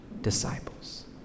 disciples